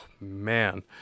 Man